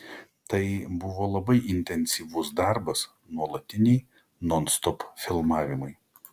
tai buvo labai intensyvus darbas nuolatiniai nonstop filmavimai